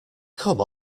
come